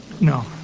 no